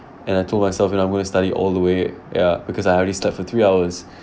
and I told myself that I'm going to study all the way ya because I only slept for three hours